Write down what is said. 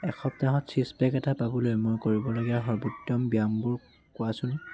এসপ্তাহত six pack এটা পাবলৈ মই কৰিবলগীয়া সৰ্বোত্তম ব্যায়ামবোৰ কোৱাচোন